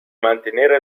mantenere